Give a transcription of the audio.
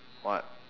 what